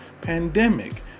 pandemic